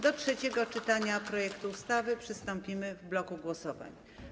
Do trzeciego czytania projektu ustawy przystąpimy w bloku głosowań.